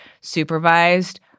supervised